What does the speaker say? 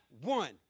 one